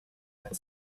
that